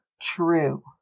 true